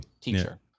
teacher